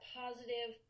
positive